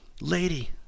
Lady